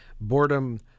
boredom